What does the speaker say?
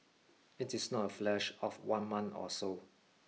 it is not a flash of one month or so